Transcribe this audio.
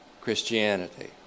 Christianity